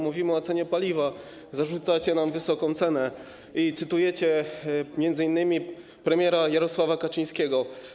Mówimy o cenie paliwa, zarzucacie nam wysoką cenę i cytujecie m.in. premiera Jarosława Kaczyńskiego.